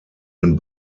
den